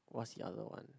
what's the other one